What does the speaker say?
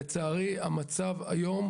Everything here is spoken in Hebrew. לצערי המצב היום